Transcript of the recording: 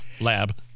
lab